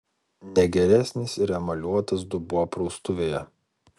ne geresnis ir emaliuotas dubuo praustuvėje